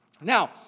Now